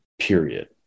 period